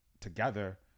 together